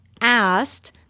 asked